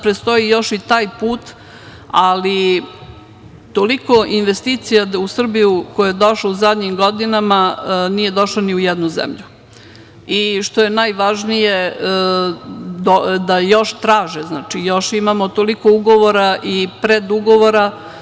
Predstoji nam još i taj put, ali toliko investicija koje su došle u Srbiju zadnjih godina, nije došlo ni u jednu zemlju i, što je najvažnije, još traže, još imamo toliko ugovora i predugovora.